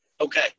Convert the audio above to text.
Okay